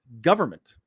government